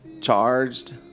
charged